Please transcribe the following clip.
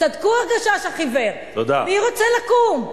צדקו "הגשש החיוור", מי רוצה לקום?